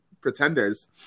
pretenders